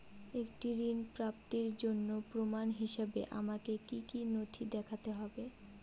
একটি ঋণ প্রাপ্তির জন্য প্রমাণ হিসাবে আমাকে কী কী নথি দেখাতে হবে?